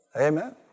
Amen